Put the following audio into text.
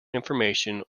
information